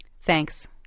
Thanks